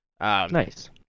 Nice